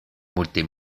multe